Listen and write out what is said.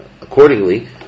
accordingly